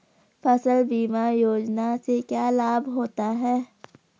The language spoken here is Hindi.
फसल बीमा योजना से क्या लाभ होता है?